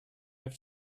have